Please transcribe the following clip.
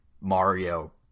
Mario